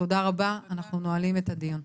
תודה רבה, אנחנו נועלים את הדיון.